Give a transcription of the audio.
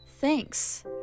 Thanks